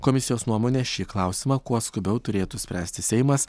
komisijos nuomone šį klausimą kuo skubiau turėtų spręsti seimas